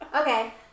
Okay